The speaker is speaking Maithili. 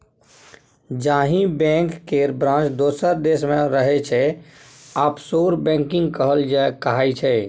जाहि बैंक केर ब्रांच दोसर देश मे रहय छै आफसोर बैंकिंग कहाइ छै